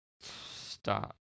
Stop